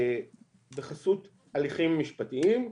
בחסות הליכים משפטיים,